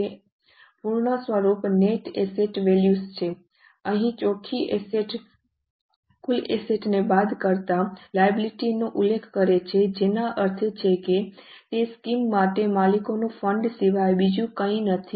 સંપૂર્ણ સ્વરૂપ net asset value છે અહીં ચોખ્ખી એસેટ કુલ એસેટ્સ ને બાદ કરતાં કુલ લાયબિલિટી નો ઉલ્લેખ કરે છે જેનો અર્થ છે કે તે સ્કીમ માટે માલિકોના ફંડ સિવાય બીજું કંઈ નથી